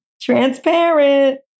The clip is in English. transparent